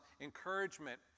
encouragement